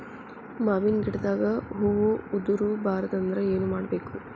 ಮಾವಿನ ಗಿಡದಾಗ ಹೂವು ಉದುರು ಬಾರದಂದ್ರ ಏನು ಮಾಡಬೇಕು?